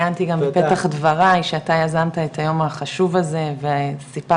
ציינתי גם בפתח דבריי שאתה יזמת את היום החשוב הזה וסיפרתי